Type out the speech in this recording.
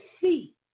see